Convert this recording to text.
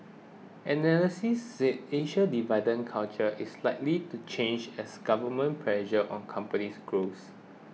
analysis said Asia's dividend culture is likely to change as government pressure on companies grows